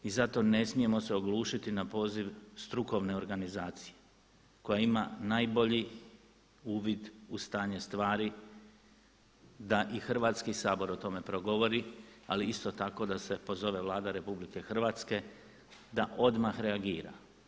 I zato ne smijemo se oglušiti na poziv strukovne organizacije koja ima najbolji uvid u stanje stvari da i Hrvatski sabor o tome progovori ali isto tako da se pozove Vlada RH da odmah reagira.